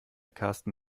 karsten